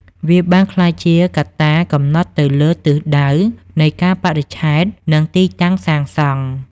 វាបានក្លាយជាកត្តាកំណត់ទៅលើទិសដៅនៃកាលបរិច្ឆេទ និងទីតាំងសាងសង់។